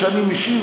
כשאני משיב,